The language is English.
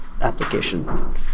application